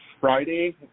Friday